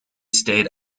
stayed